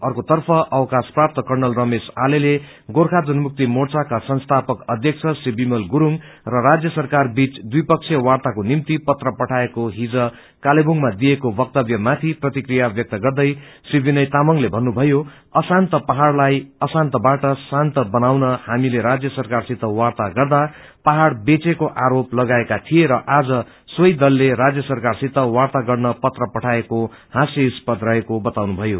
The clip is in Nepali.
अर्कोतर्फ अवकाश प्राप्त कर्णल रमेश आलेले गोर्खा जनमुक्ति मोर्चाका संस्थापक अध्यक्ष श्री विमल गुरूङ र राजय सरकार बीच ढिपक्षीय वार्ताको निम्ति पत्र पठएको हिज कालेबबुडमा दिएको वक्तव्यमाथि प्रतिक्रिया दिदै श्री विनय तामंगले भन्नुभयो अशान्त पहाइलाई अशान्तबाट शान्ति फर्काउन हामीले राज्य सरकारसित वार्ता गर्दा पाहाइ बेचेको आरोप लगाएका थिए तर आज सोही दल राज्य सरकारसित वार्ता गर्न पत्र पठाएको हास्यपद रहेको बताउनुभयो